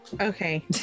Okay